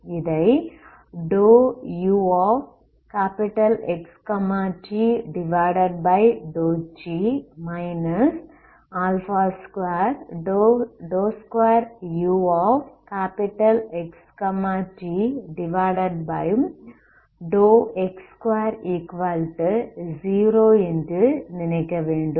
இதை∂uXt∂t 22uXtx20 என்று நினைக்கவேண்டும்